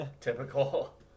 typical